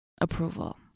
approval